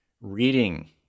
reading